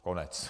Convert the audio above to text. Konec.